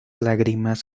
lágrimas